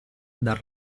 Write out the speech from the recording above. dal